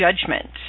judgment